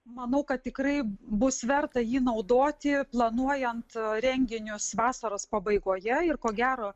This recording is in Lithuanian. manau kad tikrai bus verta jį naudoti planuojant renginius vasaros pabaigoje ir ko gero